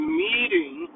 meeting